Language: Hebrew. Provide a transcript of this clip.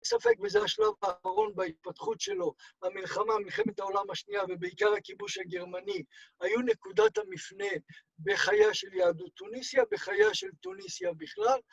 אין ספק, וזה השלב האחרון בהתפתחות שלו, במלחמה, מלחמת העולם השנייה, ובעיקר הכיבוש הגרמני, היו נקודת המפנה בחייה של יהדות תוניסיה, בחייה של תוניסיה בכלל.